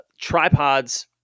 tripods